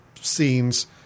scenes